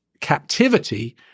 captivity